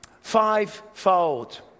fivefold